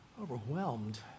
overwhelmed